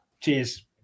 Cheers